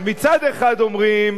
אז מצד אחד אומרים